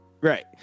Right